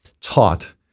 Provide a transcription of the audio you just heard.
taught